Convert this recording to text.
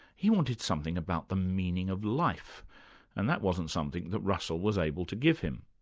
he wanted something about the meaning of life and that wasn't something that russell was able to give him.